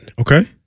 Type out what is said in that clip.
Okay